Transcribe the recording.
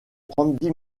randy